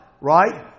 right